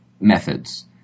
methods